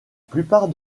plupart